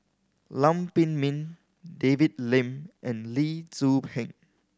Lam Pin Min David Lim and Lee Tzu Pheng